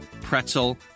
pretzel